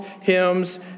hymns